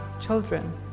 children